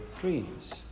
dreams